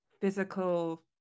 physical